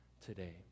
today